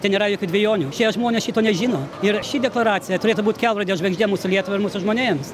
tai nėra jokių dvejonių šie žmonės šito nežino ir ši deklaracija turėtų būt kelrodė žvaigždė mūsų lietuvai ir mūsų žmonėms